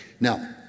Now